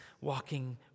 walking